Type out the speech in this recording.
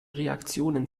reaktionen